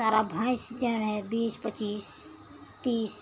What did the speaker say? सारा भैंस करे है बीस पचीस तीस